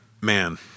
Man